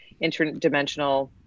interdimensional